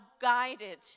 guided